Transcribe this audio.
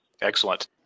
Excellent